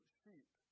sheep